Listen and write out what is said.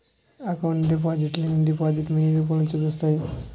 account డిపాజిట్లనేవి digital money రూపంలో చూపిస్తాయి